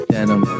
Denim